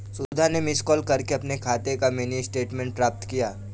सुधा ने miss call करके अपने खाते का मिनी स्टेटमेंट प्राप्त किया